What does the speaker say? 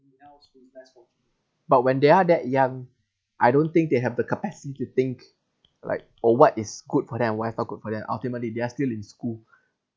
but when they are that young I don't think they have the capacity to think like or what is good for them what is not good for them ultimately they are still in school